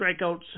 strikeouts